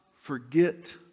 forget